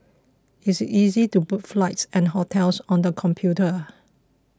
it is easy to book flights and hotels on the computer